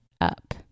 up